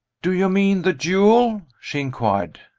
do you mean the duel? she inquired.